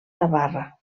navarra